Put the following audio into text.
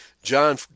John